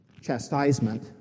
chastisement